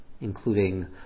including